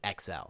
XL